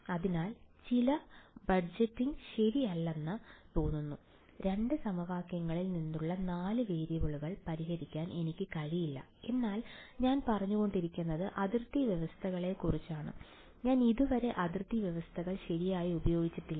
അതിനാൽ ചില ബഡ്ജറ്റിംഗ് ശരിയല്ലെന്ന് തോന്നുന്നു 2 സമവാക്യങ്ങളിൽ നിന്നുള്ള 4 വേരിയബിളുകൾ പരിഹരിക്കാൻ എനിക്ക് കഴിയില്ല എന്നാൽ ഞാൻ പറഞ്ഞുകൊണ്ടിരിക്കുന്നത് അതിർത്തി വ്യവസ്ഥകളെ കുറിച്ചാണ് ഞാൻ ഇതുവരെ അതിർത്തി വ്യവസ്ഥകൾ ശരിയായി ഉപയോഗിച്ചിട്ടില്ല